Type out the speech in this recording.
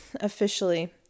officially